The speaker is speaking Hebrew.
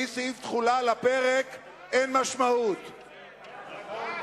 כדי פספוס הצבעת נגד אחת של השר ברוורמן,